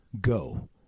go